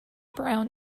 brown